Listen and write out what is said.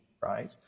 right